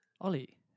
Ollie